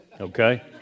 Okay